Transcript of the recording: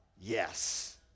yes